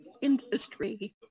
industry